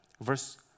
Verse